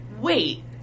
wait